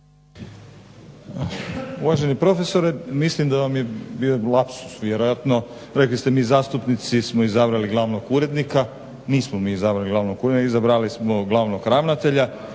Uvaženi profesore, mislim da vam je bio lapsus vjerojatno. Rekli ste mi zastupnici smo izabrali glavnog urednika. Nismo mi izabrali glavnog urednika, izabrali smo glavnog ravnatelja,